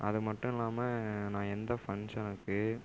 அது மட்டும் இல்லாமல் நான் எந்த ஃபங்ஷனுக்கு